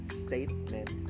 statement